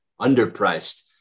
underpriced